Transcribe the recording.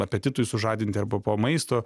apetitui sužadinti arba po maisto